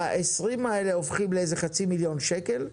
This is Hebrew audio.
וה-20 האלה הופכים לאיזה חצי מיליון שקל,